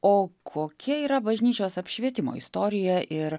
o kokia yra bažnyčios apšvietimo istorija ir